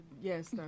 Yes